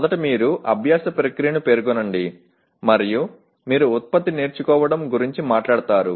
మొదట మీరు అభ్యాస ప్రక్రియను పేర్కొనండి మరియు మీరు ఉత్పత్తి నేర్చుకోవడం గురించి మాట్లాడతారు